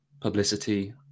publicity